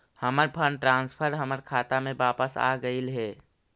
हमर fund transfer हमर खाता में वापस आगईल हे